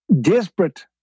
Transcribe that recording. desperate